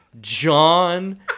John